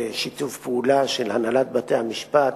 בשיתוף פעולה של הנהלת בתי-המשפט,